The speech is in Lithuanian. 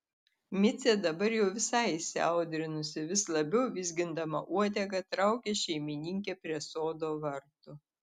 micė dabar jau visai įsiaudrinusi vis labiau vizgindama uodegą traukia šeimininkę prie sodo vartų